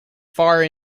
far